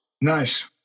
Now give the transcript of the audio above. Nice